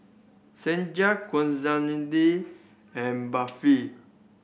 and Barfi